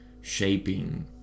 shaping